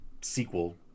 sequel